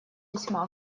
весьма